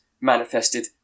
manifested